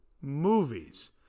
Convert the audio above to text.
movies